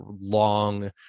long